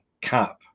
cap